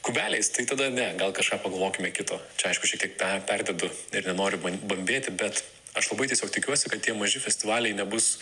kubeliais tai tada ne gal kažką pagalvokime kito čia aišku šiek tiek pe perdedu ir nenoriu bam bambėti bet aš labai tiesiog tikiuosi kad tie maži festivaliai nebus